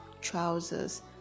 trousers